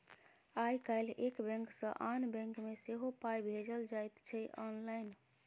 आय काल्हि एक बैंक सँ आन बैंक मे सेहो पाय भेजल जाइत छै आँनलाइन